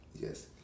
Yes